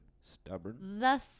stubborn